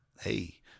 Hey